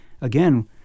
again